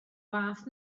fath